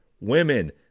women